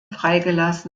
freigelassen